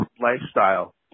lifestyle